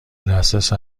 دسترس